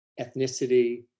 ethnicity